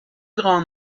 grands